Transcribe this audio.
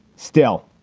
still,